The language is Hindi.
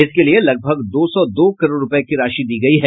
इसके लिये लगभग दो सौ दो करोड़ रूपये की राशि दी गयी है